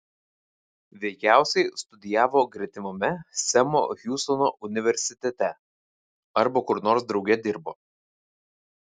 veikiausiai studijavo gretimame semo hiustono universitete arba kur nors drauge dirbo